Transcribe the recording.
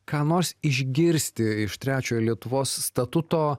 ką nors išgirsti iš trečiojo lietuvos statuto